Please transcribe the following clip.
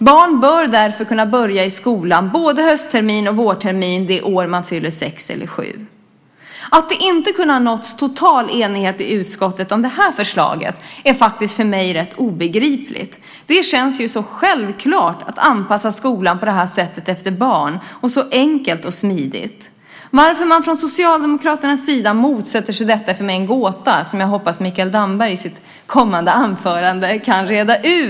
Barn bör därför kunna börja i skolan både höstterminen och vårterminen det år de fyller sex eller sju år. Att det inte har kunnat nås total enighet i utskottet om det här förslaget är faktiskt för mig rätt obegripligt. Det känns så självklart att anpassa skolan på det här sättet, efter barn, och så enkelt och smidigt. Varför man från Socialdemokraternas sida motsätter sig detta är för mig en gåta och något som jag hoppas att Mikael Damberg i sitt kommande anförande kan reda ut.